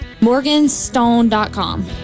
Morganstone.com